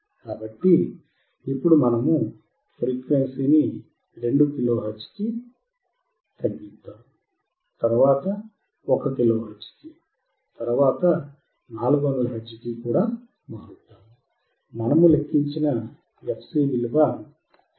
కాబట్టి మనము 2 kilohertz కి 1 కిలో హెర్ట్జ్ కి 400 హెర్ట్జ్ కి మారుద్దాము మనము లెక్కించిన fc విలువ ఎంత